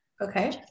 Okay